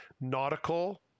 nautical